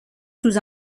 sous